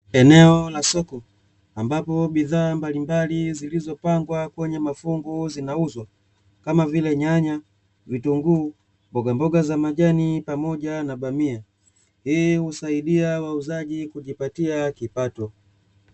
Eneo la soko, ambapo bidhaa mbali mbali zilizo pangwa kwenye mafungu zinauzwa, kama vile nyanya, vitunguu, mboga mboga za majani, pamoja na bamia hii husaidia wauzaji kujipatia kipato.